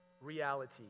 reality